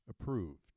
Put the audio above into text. approved